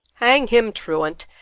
hang him, truant!